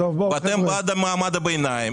ואתם בעד מעמד הביניים,